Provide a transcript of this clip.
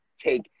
take